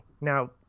Now